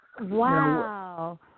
Wow